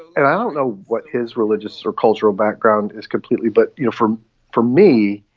i don't know what his religious or cultural background is completely. but you know, for for me.